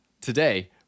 Today